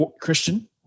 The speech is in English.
Christian